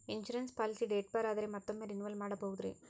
Insurance policy date bar ಆದರೆ ಮತ್ತೊಮ್ಮೆ renewal ಮಾಡಬಹುದ್ರಿ?